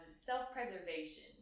self-preservation